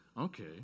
okay